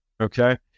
okay